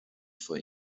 for